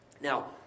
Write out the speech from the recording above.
Now